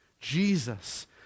Jesus